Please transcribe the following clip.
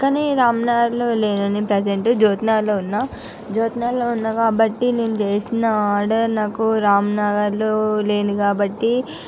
కానీ రామ్ నగర్లో లేనండి ప్రెసెంట్ జ్యోతి నగర్లో ఉన్న జ్యోతి నగర్లో ఉన్న కాబట్టి నేను చేసిన ఆర్డర్ నాకు రామ్ నగర్లో లేను కాబట్టి